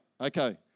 okay